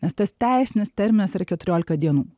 nes tas teisinis terminas yra keturiolika dienų